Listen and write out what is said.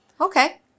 Okay